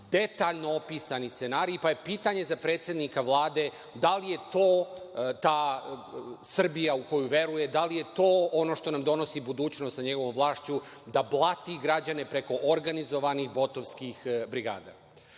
detaljno opisani scenariji. Pitanje, za predsednika Vlade da li je ta Srbija u koju veruje, da li je to ono što nam donosi budućnost sa njegovom vlašću, da blati građane preko organizovanih botovskih brigada. Treće